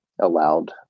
allowed